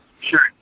Sure